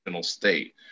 state